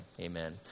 amen